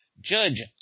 judge